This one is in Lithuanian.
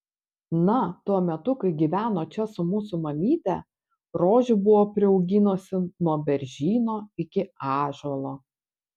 na tuo metu kai gyveno čia su mūsų mamyte rožių buvo priauginusi nuo beržyno iki ąžuolo